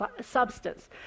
substance